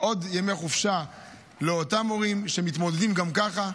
עוד ימי חופשה לאותם הורים שמתמודדים גם ככה.